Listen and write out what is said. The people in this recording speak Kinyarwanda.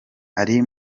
ari